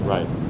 Right